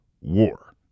war